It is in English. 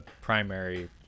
primary